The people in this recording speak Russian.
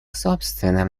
собственным